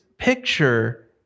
picture